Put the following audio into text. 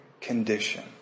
condition